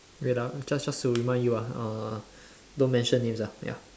wait ah just just to remind you ah uh don't mention names ah ya